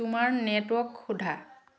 তোমাৰ নেটৱৰ্ক সোধা